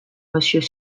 monsieur